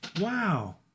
Wow